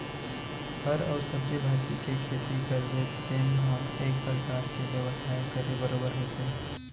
फर अउ सब्जी भाजी के खेती करबे तेन ह एक परकार ले बेवसाय करे बरोबर होथे